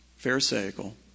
Pharisaical